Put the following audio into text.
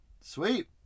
Sweet